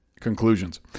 conclusions